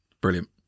brilliant